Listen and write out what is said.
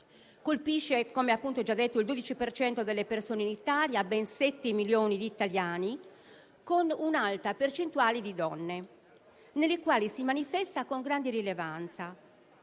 colpisce, come già detto, il 12 per cento delle persone in Italia (ben 7 milioni di italiani), con un'alta percentuale di donne, nelle quali si manifesta con grande rilevanza.